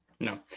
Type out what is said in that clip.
No